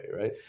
right